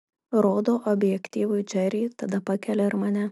rodo objektyvui džerį tada pakelia ir mane